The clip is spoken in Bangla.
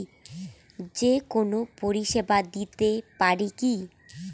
যে কোনো পরিষেবা দিতে পারি কি?